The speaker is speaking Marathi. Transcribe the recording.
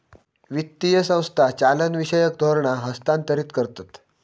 वित्तीय संस्था चालनाविषयक धोरणा हस्थांतरीत करतत